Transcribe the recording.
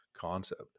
concept